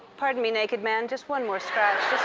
pardon me, naked man. just one more scratch.